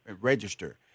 register